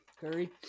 Curry